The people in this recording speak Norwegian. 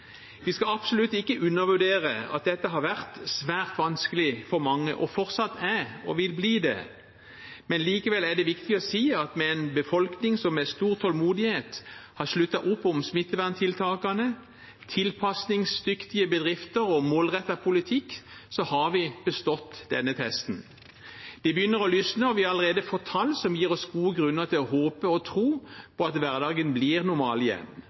Vi skal absolutt ikke undervurdere at dette har vært svært vanskelig for mange og fortsatt er og vil bli det. Men likevel er det viktig å si at med en befolkning som med stor tålmodighet har sluttet opp om smitteverntiltakene, tilpasningsdyktige bedrifter og målrettet politikk har vi bestått denne testen. Det begynner å lysne, og vi har allerede fått tall som gir oss gode grunner til å håpe og tro på at hverdagen blir normal igjen,